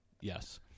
Yes